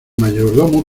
mayordomo